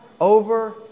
over